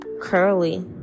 Curly